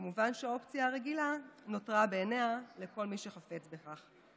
כמובן שהאופציה הרגילה נותרת בעינה לכל מי שחפץ בכך.